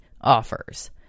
offers